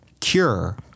cure